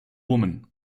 woman